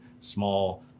small